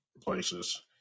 places